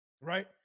right